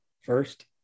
first